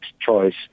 choice